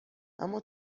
اما